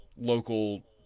local –